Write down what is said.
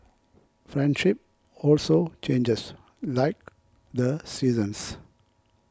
friendship also changes like the seasons